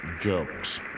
jokes